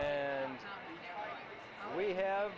and we have